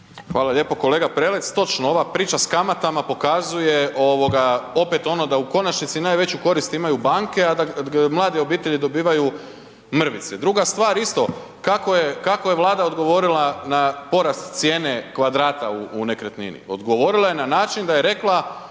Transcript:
Hvala lijepo, kolega Prelec točno ova priča s kamatama pokazuje ovog opet ono da u konačnosti najveću korist imaju banke, a da mlade obitelji dobivaju mrvice. Druga stvar isto kako je, kako je Vlada odgovorila na porast cijene kvadrata u nekretnini. Odgovorila je na način da je rekla